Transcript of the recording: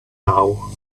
now